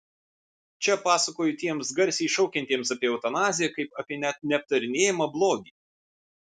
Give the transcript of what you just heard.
čia pasakoju tiems garsiai šaukiantiems apie eutanaziją kaip apie net neaptarinėjamą blogį